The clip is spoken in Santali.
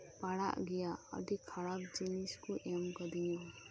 ᱯᱟᱲᱟᱜ ᱜᱮᱭᱟ ᱟᱹᱰᱤ ᱠᱷᱟᱨᱟᱯ ᱡᱤᱱᱤᱥ ᱠᱚ ᱮᱢ ᱟᱠᱟᱹᱫᱤᱧᱟ